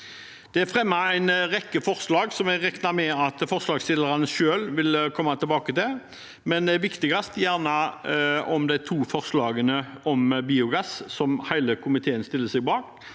Det er fremmet en rekke forslag som jeg regner med at forslagsstillerne selv vil komme tilbake til, men viktigst er kanskje de to forslagene om biogass, som hele komiteen stiller seg bak,